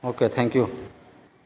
okay thank you